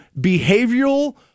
behavioral